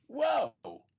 Whoa